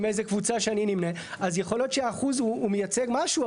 עם איזה קבוצה שאני נמנה - אז יכול להיות שהאחוז הוא מייצג משהו,